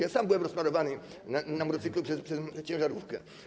Ja sam byłem rozsmarowany na motocyklu przez ciężarówkę.